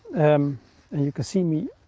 um and you can see me